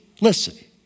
listen